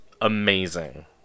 amazing